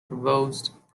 proposed